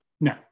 No